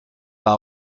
war